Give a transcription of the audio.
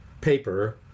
paper